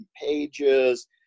pages